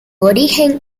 origen